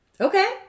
Okay